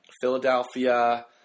Philadelphia